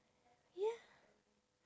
ya